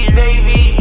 baby